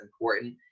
important